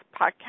podcast